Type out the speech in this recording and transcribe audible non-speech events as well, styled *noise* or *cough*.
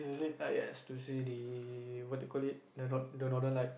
*noise* ah yes to see the what do you call it the North the Northern Light